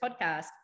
podcast